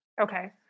Okay